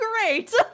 great